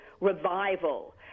revival